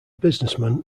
businessman